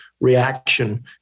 reaction